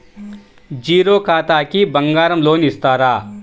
Zero ఖాతాకి బంగారం loan ఇస్తారా?